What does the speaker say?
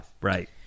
right